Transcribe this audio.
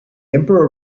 emperor